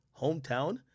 hometown